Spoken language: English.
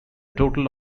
total